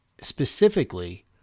specifically